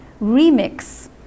Remix